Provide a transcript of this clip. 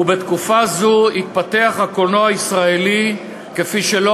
ובתקופה זו התפתח הקולנוע הישראלי כפי שלא